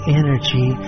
energy